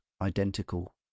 identical